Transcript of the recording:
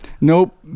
nope